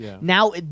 Now